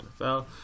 NFL